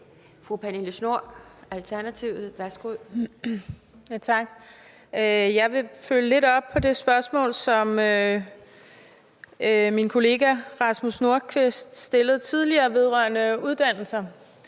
Pernille Schnoor (ALT): Tak. Jeg vil følge lidt op på det spørgsmål, som min kollega Rasmus Nordqvist stillede tidligere vedrørende uddannelser.